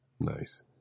Nice